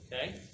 Okay